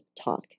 talk